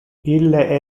ille